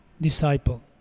disciple